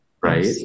Right